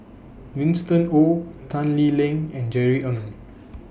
Winston Oh Tan Lee Leng and Jerry Ng